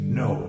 no